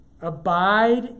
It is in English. Abide